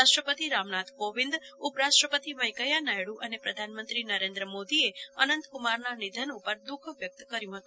રાષ્ટ્રપતિ રામનાથ કોવિંદઉપરાષ્ટ્રપતિ વૈકેંયા નાયડુ અને પ્રધાનમંત્રી નરેન્દ્ર મોદીએ અનંતકુમારનાં નિધન ઉપર દુઃખ વ્યક્ત કર્યું છે